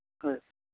ꯍꯣꯏ